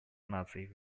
наций